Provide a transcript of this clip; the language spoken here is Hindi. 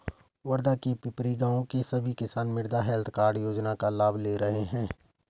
वर्धा के पिपरी गाँव के सभी किसान मृदा हैल्थ कार्ड योजना का लाभ ले रहे हैं